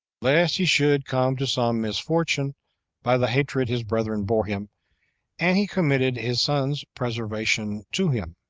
lest he should come to some misfortune by the hatred his brethren bore him and he committed his son's preservation to him.